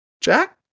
Jack